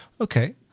Okay